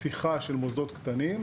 פתיחה של מוסדות קטנים,